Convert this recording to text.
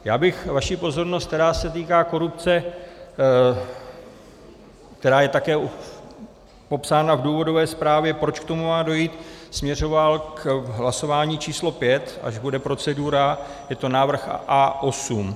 Já bych vaši pozornost, která se týká korupce, která je také popsána v důvodové zprávě, proč k tomu má dojít, směřoval k hlasování číslo pět, až bude procedura, je to návrh A8.